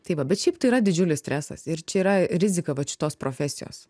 tai va bet šiaip tai yra didžiulis stresas ir čia yra rizika vat šitos profesijos